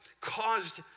caused